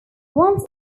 once